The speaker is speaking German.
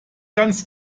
ganz